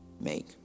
make